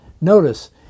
Notice